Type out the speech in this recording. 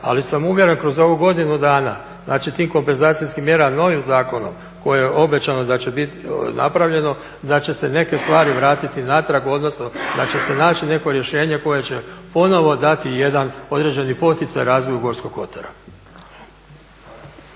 Ali sam uvjeren kroz ovu godinu dana da će tim kompenzacijskim mjerama novim zakonom kojim je obećano da će biti napravljeno da će se neke stvari vratiti natrag, odnosno da će se naći neko rješenje koje će ponovno dati jedan određeni poticaj razvoju Gorskog kotara.